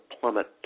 plummet